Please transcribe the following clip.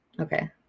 Okay